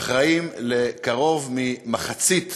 ואחראים לקרוב ממחצית